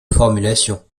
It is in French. formulation